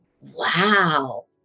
wow